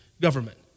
government